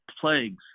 Plagues